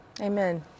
Amen